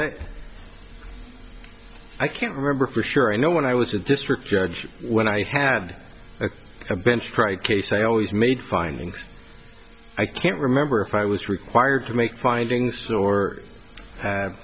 since i can't remember for sure i know when i was a district judge when i had been stright case i always made findings i can't remember if i was required to make findings or